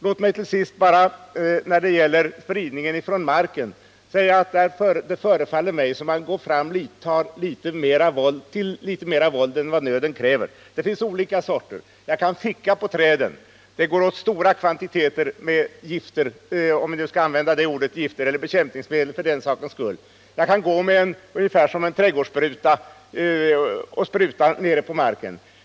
Låt mig till sist när det gäller spridning av bekämpningsmedel från marken få säga att det förefaller mig som om man tar till litet mer våld än vad nöden kräver. Det finns olika bekämpningsmetoder. Man kan ficka på träden. Då går det åt stora kvantiteter gifter, om vi skall använda det ordet för bekämpningsmedel. Ett annat sätt är att gå med något som liknar en trädgårdsspruta och spruta nedifrån marken.